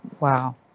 Wow